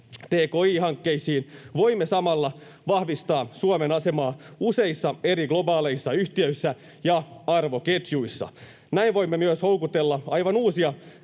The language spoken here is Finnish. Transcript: tki-hankkeisiin voimme samalla vahvistaa Suomen asemaa useissa eri globaaleissa yhtiöissä ja arvoketjuissa. Näin voimme myös houkutella aivan uusia